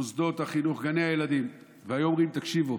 מוסדות החינוך, גני הילדים, והיו אומרים: תקשיבו,